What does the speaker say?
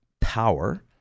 power